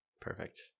Perfect